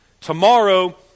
Tomorrow